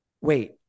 wait